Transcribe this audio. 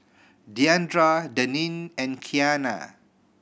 Diandra Daneen and Kianna